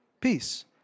Peace